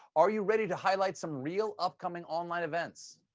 are you ready to highlight some real upcoming online events?